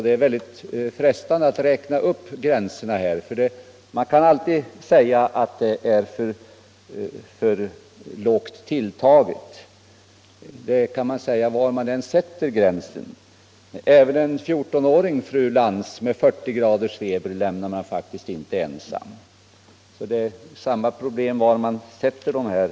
Det är också frestande att räkna upp gränserna här, för man kan alltid säga att de är för lågt satta. Det kan man nämligen säga var man än sätter gränsen. Man lämnar faktiskt inte heller en 14 åring med 40 graders feber ensam, fru Lantz. Problemet är alltså detsamma var man än sätter gränsen.